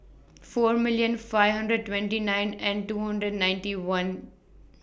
four million five hundred twenty nine and two hundred ninety one